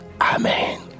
Amen